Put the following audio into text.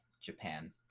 Japan